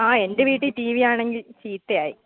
ആ എൻ്റെ വീട്ടിൽ ടീ വിയാണെങ്കിൽ ചീത്തയായി